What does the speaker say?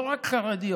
לא רק חרדיות.